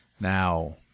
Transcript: Now